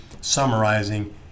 summarizing